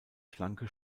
schlanke